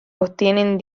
obtienen